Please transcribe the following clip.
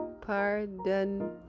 Pardon